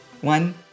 One